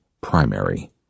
primary